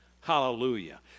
Hallelujah